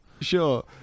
Sure